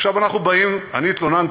עכשיו אנחנו באים, אני התלוננתי,